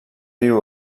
riu